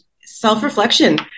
self-reflection